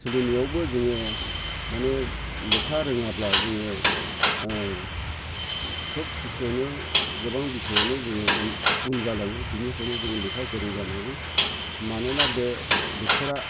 सोलिनायावबो जोङो माने लेखा रोङाब्ला जोङो सोबखिसुआवनो गोबां बिसयावनो उन जालाङो बेनिखायनो जोङो लेखा गोरों जानांगौ मानोना बे बोथोरा